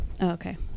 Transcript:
okay